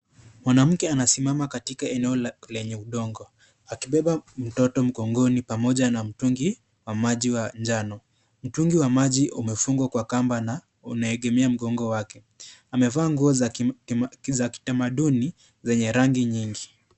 Mwanamke anasimama katika eneo lenye udongo. Akibeba mtoto mgongoni pamoja na mtungi wa maji wa njano. Mtungi wa maji umefungwa kwa kamba na unaengemea mgongo wake, amevaa nguo za kitamaduni zenye rangi nyingi.